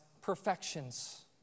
perfections